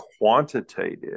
quantitative